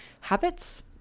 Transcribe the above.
habits